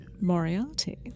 Moriarty